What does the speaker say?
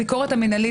הביקורת המינהלית,